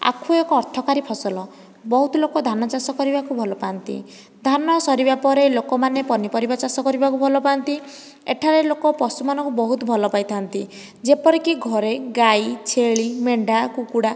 ଆଖୁ ଏକ ଅର୍ଥକାରୀ ଫସଲ ବହୁତ ଲୋକ ଧାନ ଚାଷ କରିବାକୁ ଭଲ ପାଆନ୍ତି ଧାନ ସରିବା ପରେ ଲୋକମାନେ ପନିପରିବା ଚାଷ କରିବାକୁ ଭଲ ପାଆନ୍ତି ଏଠାରେ ଲୋକ ପଶୁମାନଙ୍କୁ ବହୁତ ଭଲ ପାଇଥାନ୍ତି ଯେପରିକି ଘରେ ଗାଈ ଛେଳି ମେଣ୍ଢା କୁକୁଡ଼ା